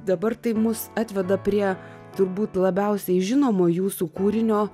dabar tai mus atveda prie turbūt labiausiai žinomo jūsų kūrinio